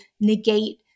negate